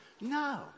No